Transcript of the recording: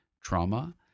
trauma